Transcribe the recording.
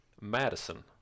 Madison